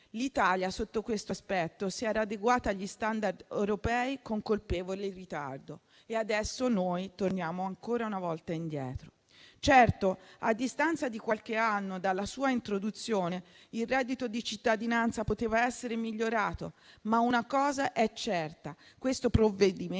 L'Italia, sotto questo aspetto, si era adeguata agli standard europei con colpevole ritardo, e adesso torniamo ancora una volta indietro. Certo, a distanza di qualche anno dalla sua introduzione, il reddito di cittadinanza poteva essere migliorato, ma una cosa è certa: questo provvedimento